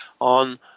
on